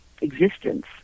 existence